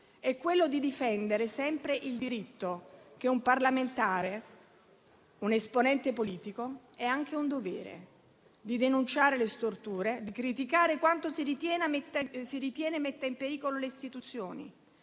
è quello di difendere sempre il diritto, che per un parlamentare e un esponente politico è anche un dovere, di denunciare le storture, di criticare quanto si ritiene metta in pericolo le istituzioni